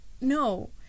no